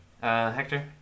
Hector